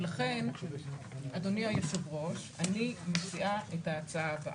לכן, אדוני היושב-ראש, אני מציעה את ההצעה הבאה.